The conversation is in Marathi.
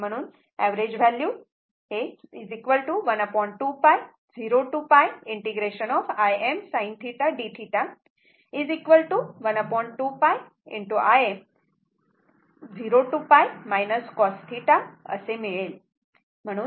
म्हणून एवरेज व्हॅल्यू 1 2π 0 ते π ∫ Im sinθ dθ 1 2π Im cosθπ0 असे मिळेल